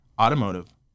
Automotive